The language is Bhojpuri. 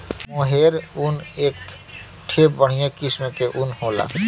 मोहेर ऊन एक ठे बढ़िया किस्म के ऊन होला